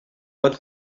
pot